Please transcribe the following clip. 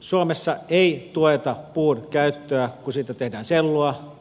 suomessa ei tueta puun käyttöä kun siitä tehdään sellua